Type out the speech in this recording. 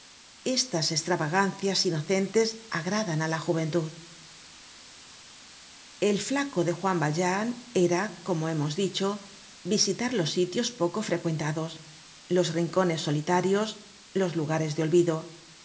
estas estravagancias inocentes agradan á la juventud el flaco de juan valjean era como hemos dicho visitar los sitios poco frecuentados los rincones solitarios los lugares de olvido